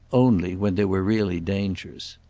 only when there were really dangers.